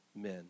men